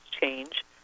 change